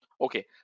okay